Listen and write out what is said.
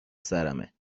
سرمه